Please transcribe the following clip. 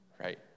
right